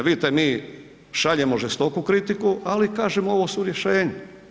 Vidite, mi šaljemo žestoku kritiku ali i kažemo ovo su rješenja.